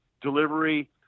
delivery